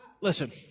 Listen